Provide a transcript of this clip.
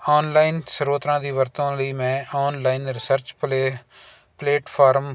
online ਸਰੋਤਾਂ ਦੀ ਵਰਤੋਂ ਲਈ ਮੈਂ ਓਨਲਾਈਨ ਰਿਸਰਚ ਪਲੇ ਪਲੇਟਫਾਰਮ